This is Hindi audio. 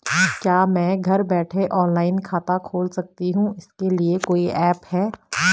क्या मैं घर बैठे ऑनलाइन खाता खोल सकती हूँ इसके लिए कोई ऐप है?